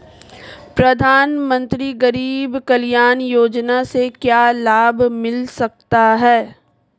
प्रधानमंत्री गरीब कल्याण योजना से क्या लाभ मिल सकता है?